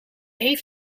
heeft